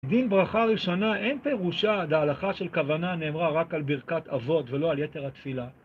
דין ברכה ראשונה אין פירושה, דהלכה של כוונה נאמרה רק על ברכת אבות ולא על יתר התפילה.